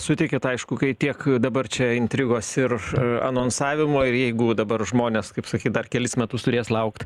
sutikit aišku kai tiek dabar čia intrigos ir anonsavimų ir jeigu dabar žmonės kaip sakyt dar kelis metus turės laukt